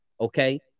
Okay